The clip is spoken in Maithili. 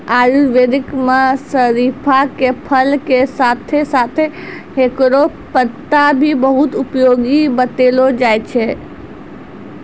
आयुर्वेद मं शरीफा के फल के साथं साथं हेकरो पत्ता भी बहुत उपयोगी बतैलो जाय छै